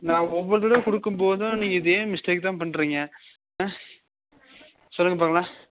நான் ஒவ்வொரு தடவை கொடுக்கும்போதும் நீங்கள் இதே மிஸ்டேக் தான் பண்ணுறீங்க ஆ சொல்லுங்க பார்க்கலாம்